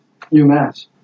UMass